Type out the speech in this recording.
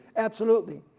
absolutely.